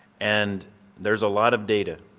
and there's a lot of data.